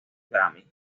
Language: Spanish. grammy